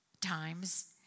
times